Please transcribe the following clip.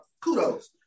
kudos